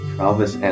Travis